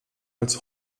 als